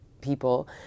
people